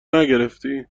نگرفتی